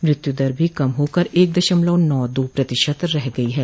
मृत्यु दर भी कम होकर एक दशमलव नौ दो प्रतिशत रह गई है